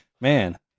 man